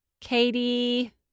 katie